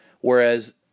Whereas